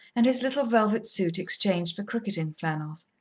and his little velvet suit exchanged for cricketing flannels.